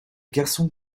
garçons